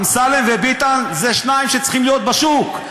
אמסלם וביטן הם שניים שצריכים להיות בשוק,